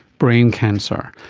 brain cancer,